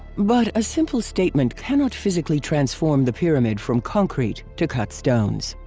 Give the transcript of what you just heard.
but a simple statement cannot physically transform the pyramid from concrete to cut stones.